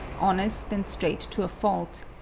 honest and straight to a fault,